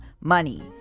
money